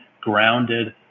grounded